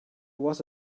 was